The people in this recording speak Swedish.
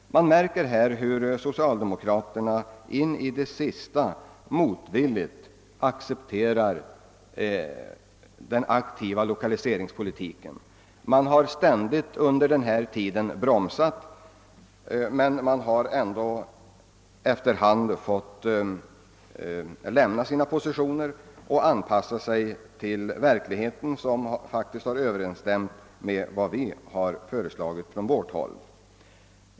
Man kan av detta dra den slutsatsen, att socialdemokraterna endast motvilligt accepterar en aktiv lokaliseringspolitik. Man har under hela tiden bromsat, men man har ändå efter hand fått överge sina positioner och anpassa sig till verkligheten, som faktiskt rätt väl har överensstämt med de bedömningar som vi gjort i våra förslag.